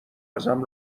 ازم